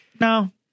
no